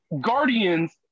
Guardians